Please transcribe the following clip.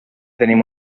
tenim